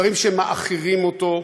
דברים שמעכירים אותו,